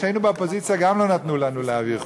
כשהיינו באופוזיציה גם לא נתנו לנו להעביר חוקים,